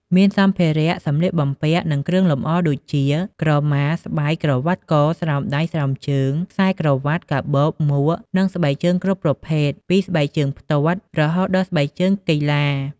មានសម្ភារៈសម្លៀកបំពាក់ និងគ្រឿងលម្អ ដូចជា ក្រមា ស្បៃ ក្រវ៉ាត់ក ស្រោមដៃ ស្រោមជើង ខ្សែក្រវ៉ាត់ កាបូប មួក និងស្បែកជើងគ្រប់ប្រភេទ ពីស្បែកជើងផ្ទាត់ រហូតដល់ស្បែកជើងកីឡា។